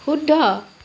শুদ্ধ